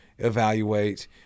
Evaluate